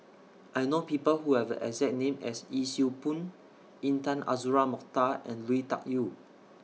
I know People Who Have The exact name as Yee Siew Pun Intan Azura Mokhtar and Lui Tuck Yew